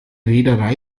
reederei